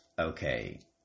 Okay